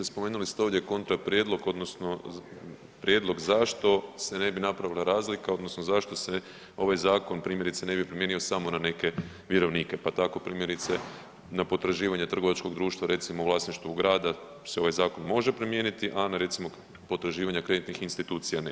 Spomenuli ste ovdje kontraprijedlog odnosno prijedlog zašto se ne bi napravila razlika, odnosno zašto se ovaj zakon, primjerice, ne bi promijenio samo na neke vjerovnike, pa tako primjerice, na potraživanje trgovačkog društva, recimo u vlasništvu grada se ovaj zakon može promijeniti, a na recimo potraživanje kreditnih institucija ne.